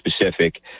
specific